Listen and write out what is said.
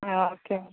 आं ओके